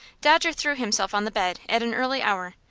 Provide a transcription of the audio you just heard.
dodger threw himself on the bed at an early hour,